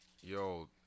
Yo